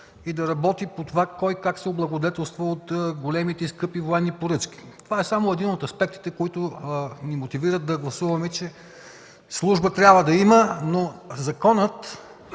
и да работи по това кой, как се облагодетелства от големите и скъпи военни поръчки. Това е само един от аспектите, които ни мотивират да гласуваме, че служба трябва да има, но законът,